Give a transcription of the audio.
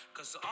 Cause